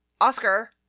Oscar